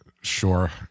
sure